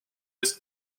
est